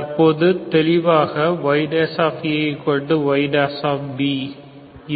தற்பொழுது தெளிவாக yayb